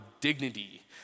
dignity